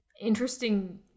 interesting